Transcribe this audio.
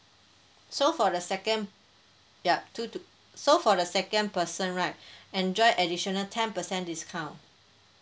so for the second yup two to so for the second person right enjoy additional ten percent discount